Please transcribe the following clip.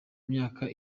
myaka